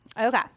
Okay